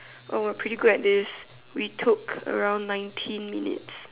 oh we're pretty good at this we took around nineteen minutes